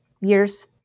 years